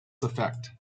effect